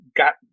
got